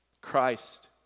Christ